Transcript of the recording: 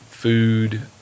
Food